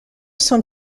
son